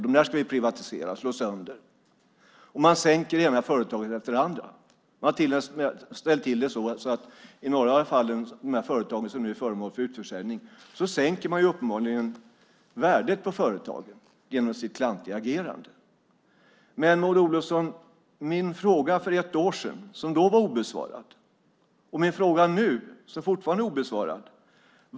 Dem ska vi privatisera. Man sänker det ena företaget efter det andra. Man har till och med ställt till det så att man i några av de företag som är föremål för utförsäljning sänker värdet på företaget genom sitt klantiga agerande. Mina frågor för ett år sedan och mina frågor nu är fortfarande obesvarade.